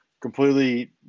completely